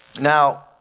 Now